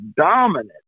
dominant